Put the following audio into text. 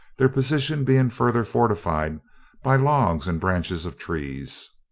their position being further fortified by logs and branches of trees.